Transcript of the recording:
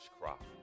crop